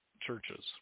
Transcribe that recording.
churches